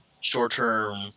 short-term